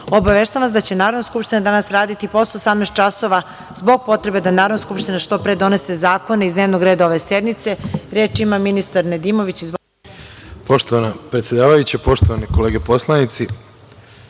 obaveštavam vas da će Narodna skupština danas raditi i posle 18 časova zbog potrebe da Narodna skupština što pre donese zakone iz dnevnog reda ove sednice. Reč ima ministar Nedimović. Izvolite. **Branislav Nedimović** Poštovana predsedavajuća, poštovane kolege poslanici,